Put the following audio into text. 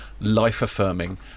life-affirming